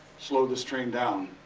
slow this train down,